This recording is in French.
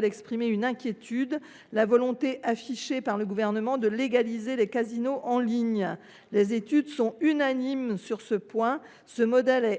d’exprimer mon inquiétude quant à la volonté affichée par le Gouvernement de légaliser les casinos en ligne. Les études sont unanimes : ce modèle est